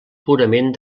purament